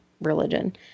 religion –